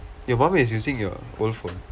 your mum is using your old phone